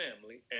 family